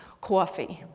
coffee.